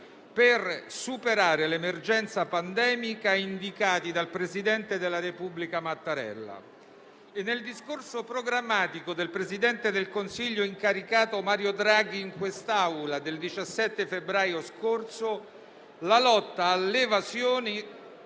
per superare l'emergenza pandemica indicati dal presidente della Repubblica Mattarella e nel discorso programmatico del presidente del Consiglio incaricato Mario Draghi in quest'Aula del 17 febbraio scorso: la lotta all'evasione...